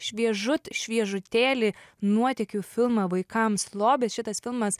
šviežut šviežutėlį nuotykių filmą vaikams lobis šitas filmas